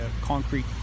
concrete